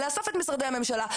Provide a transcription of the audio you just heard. לאסוף את משרדי הממשלה,